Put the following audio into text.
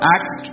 Act